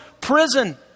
prison